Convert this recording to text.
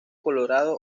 colorado